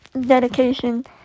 Dedication